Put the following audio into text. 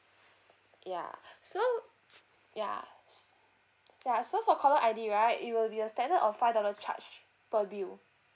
yeah so yeah yeah so for caller I_D right it will be a standard of five dollar charge per bill